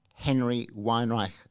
henryweinreich